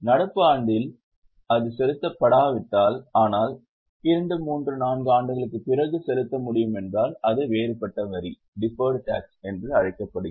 நடப்பு ஆண்டில் அது செலுத்தப்படாவிட்டால் ஆனால் 2 3 4 ஆண்டுகளுக்குப் பிறகு செலுத்த முடியும் என்றால் அது வேறுபட்ட வரி என்று அழைக்கப்படுகிறது